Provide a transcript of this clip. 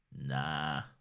nah